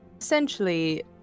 essentially